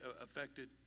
affected